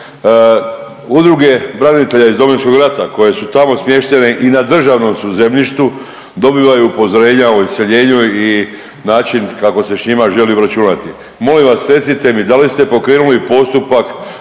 Udruge branitelja iz Domovinskog rata koje su tamo smještene i na državnom su zemljištu dobivaju upozorenja o iseljenju i načinu kako se s njima želi obračunati. Molim vas recite mi da li ste pokrenuli postupak